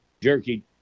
jerky